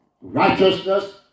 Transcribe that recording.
righteousness